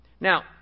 Now